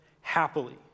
happily